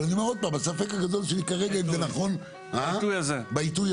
אבל הספק הגדול שלי כרגע הוא אם זה נכון בעיתוי הזה.